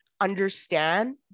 understand